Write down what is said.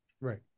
Right